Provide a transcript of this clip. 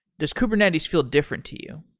does kubernetes feel different to you?